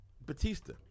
Batista